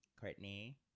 Courtney